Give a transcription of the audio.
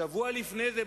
שבוע לפני זה,